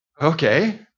okay